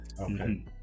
Okay